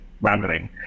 rambling